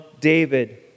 David